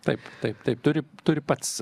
taip taip taip turi turi pats